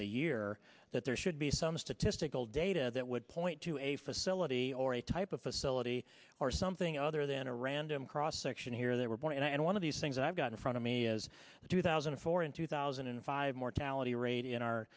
a year that there should be some statistical data that would point to a facility or a type of facility or something other than a random cross section here that were born and one of these things that i've got in front of me is two thousand and four in two thousand and five mortality rate in our